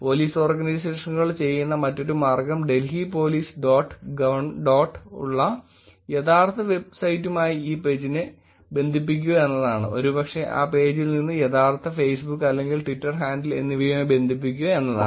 police ഓർഗനൈസേഷനുകൾ ചെയ്യുന്ന മറ്റൊരു മാർഗ്ഗം Delhi police dot gov dot ഉള്ള യഥാർത്ഥ വെബ് സൈറ്റുമായി ഈ പേജിനെ ബന്ധിപ്പിക്കുക എന്നതാണ് ഒരുപക്ഷേ ആ പേജിൽ നിന്ന് യഥാർത്ഥ ഫേസ്ബുക്ക് അല്ലെങ്കിൽ ട്വിറ്റർ ഹാൻഡിൽ എന്നിവയുമായി ബന്ധിപ്പിക്കുക എന്നതാണ്